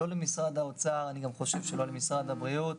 לא למשרד האוצר ואני חושב שגם לא למשרד הבריאות,